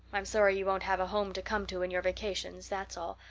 i'm sorry you won't have a home to come to in your vacations, that's all,